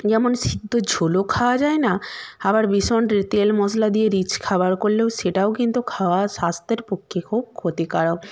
যেমন সিদ্ধ ঝোলও খাওয়া যায় না আবার ভীষণ তেল মশলা দিয়ে রীচ খাবার করলেও সেটাও কিন্তু খাওয়া স্বাস্থ্যের পক্ষে খুব ক্ষতিকারক